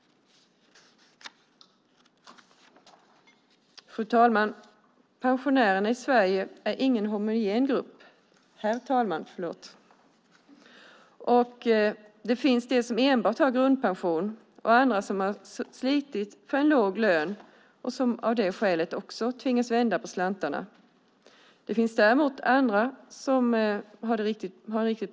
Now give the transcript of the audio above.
Herr talman! Pensionärerna i Sverige är ingen homogen grupp. Det finns de som enbart har grundpension och de som har slitit för en låg lön och som av det skälet också tvingas vända på slantarna. Andra däremot har en riktigt bra pension.